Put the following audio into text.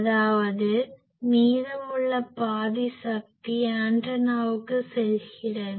அதாவது மீதமுள்ள பாதி சக்தி ஆண்டனாவுக்கு செல்கிறது